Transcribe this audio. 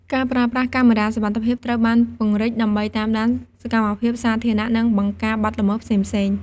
ការប្រើប្រាស់ កាមេរ៉ាសុវត្ថិភាពត្រូវបានពង្រីកដើម្បីតាមដានសកម្មភាពសាធារណៈ និងបង្ការបទល្មើសផ្សេងៗ។